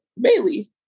Bailey